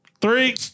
three